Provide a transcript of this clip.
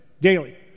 daily